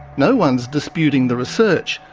no one's disputing the research,